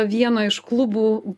vieno iš klubų